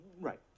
Right